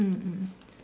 mm mm mm